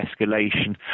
escalation